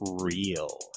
Real